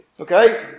Okay